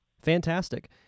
Fantastic